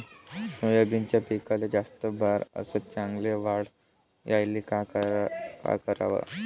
सोयाबीनच्या पिकाले जास्त बार अस चांगल्या वाढ यायले का कराव?